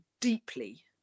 deeply